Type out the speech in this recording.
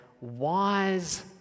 wise